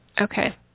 Okay